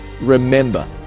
remember